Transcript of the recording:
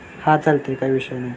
हा चालते काही विषय नाही